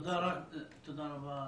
תודה רבה,